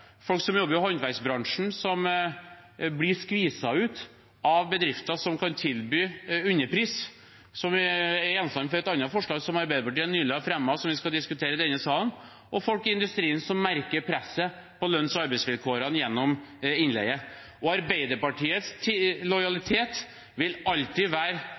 folk som jobber i håndverksbransjen, som blir skviset ut av bedrifter som kan tilby underpris – som er gjenstand for et annet forslag som Arbeiderpartiet nylig har fremmet, som vi skal diskutere i denne salen – og folk i industrien, som merker presset på lønns- og arbeidsvilkårene gjennom innleie. Arbeiderpartiets lojalitet vil alltid være